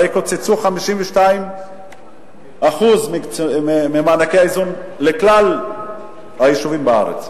הרי קוצצו 52% ממענקי האיזון לכלל היישובים בארץ.